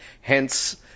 hence